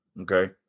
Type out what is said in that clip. Okay